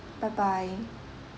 bye bye